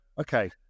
okay